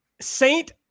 Saint